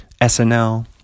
snl